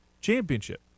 Championship